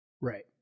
Right